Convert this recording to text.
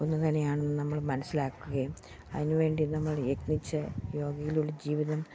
ഒന്ന് തന്നെയാണെന്ന് നമ്മൾ മനസ്സിലാക്കുകയും അതിനുവേണ്ടി നമ്മൾ യത്നിച്ച് യോഗയിലൂടെ ജീവിതം